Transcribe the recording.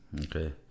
Okay